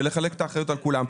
ולחלק את האחריות בין כולם.